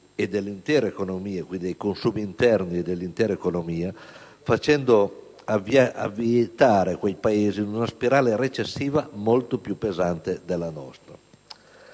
indotto un calo dei consumi interni e dell'intera economia, facendo avvitare quei Paesi in una spirale recessiva molto più pesante della nostra.